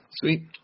Sweet